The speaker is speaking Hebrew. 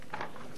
אדוני היושב-ראש,